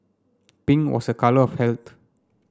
pink was a colour of health